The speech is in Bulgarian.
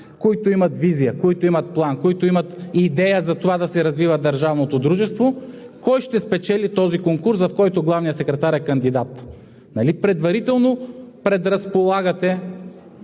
които имат визия, имат план, които имат идея за това да се развива държавното дружество, кой ще спечели този конкурс, в който главният секретар е кандидат? Нали предварително предразполагате